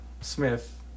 smith